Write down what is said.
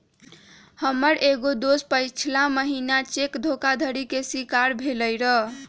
हमर एगो दोस पछिला महिन्ना चेक धोखाधड़ी के शिकार भेलइ र